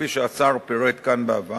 כפי שהשר פירט כאן בעבר,